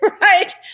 right